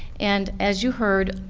and as you heard,